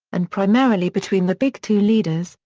and primarily between the big two leaders,